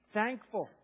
thankful